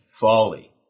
folly